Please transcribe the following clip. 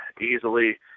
easily